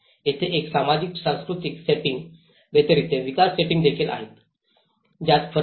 येथे या सामाजिक सांस्कृतिक सेटिंग्ज व्यतिरिक्त विकास सेटिंग्ज देखील आहेत ज्यात फरक आहे